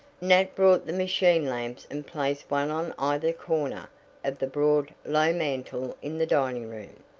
nat brought the machine lamps and placed one on either corner of the broad, low mantel in the dining-room.